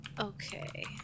Okay